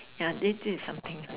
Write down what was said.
ya this this is somethings I